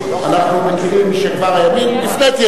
אנחנו מכירים משכבר הימים.